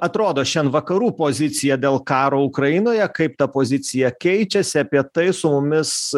atrodo šian vakarų pozicija dėl karo ukrainoje kaip ta pozicija keičiasi apie tai su mumis